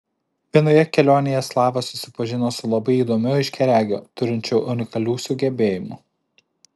vienoje kelionėje slava susipažino su labai įdomiu aiškiaregiu turinčiu unikalių sugebėjimų